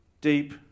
deep